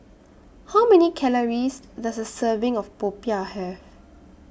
How Many Calories Does A Serving of Popiah Have